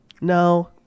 No